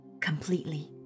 completely